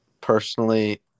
personally